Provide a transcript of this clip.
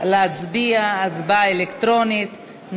להצביע הצבעה אלקטרונית.